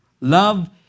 Love